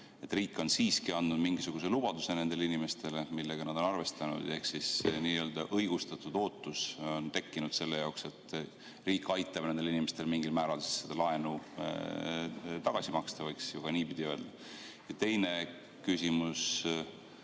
et riik on siiski andnud mingisuguse lubaduse nendele inimestele, millega nad on arvestanud, ehk on tekkinud n‑ö õigustatud ootus, et riik aitab nendel inimestel mingil määral laenu tagasi maksta? Võiks ju ka niipidi öelda. Teine küsimus.